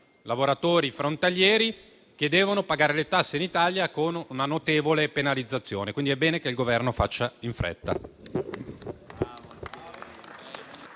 lavoratori frontalieri che devono pagare le tasse in Italia con una notevole penalizzazione. Quindi, è bene che il Governo faccia in fretta.